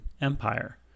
Empire